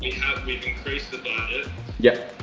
have increased the yeah